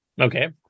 okay